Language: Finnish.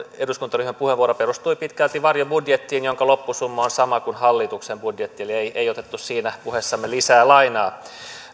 eduskuntaryhmän puheenvuoro perustui pitkälti varjobudjettiin jonka loppusumma on sama kuin hallituksen budjetti eli ei ei otettu siinä puheessa lisää lainaa